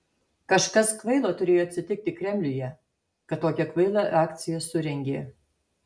kažkas kvailo turėjo atsitiki kremliuje kad tokią kvailą akciją surengė